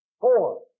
Four